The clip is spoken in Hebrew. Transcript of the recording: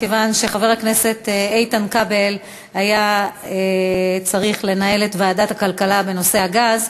מכיוון שחבר הכנסת איתן כבל היה צריך לנהל את ועדת הכלכלה בנושא הגז,